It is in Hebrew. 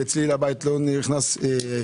אצלי בבית לא יכולים לעשן